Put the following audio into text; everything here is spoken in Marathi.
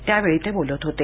त्यावेळी ते बोलत होते